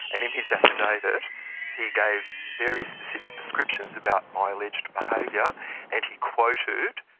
and in his affidavit he gave very specific descriptions about my alleged behaviour and he quoted,